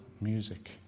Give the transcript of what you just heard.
music